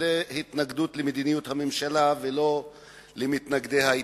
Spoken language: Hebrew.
התנגדות למדיניות הממשלה ולא למתנגדי ההתנתקות,